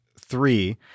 three